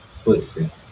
footsteps